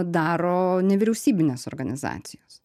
daro nevyriausybinės organizacijos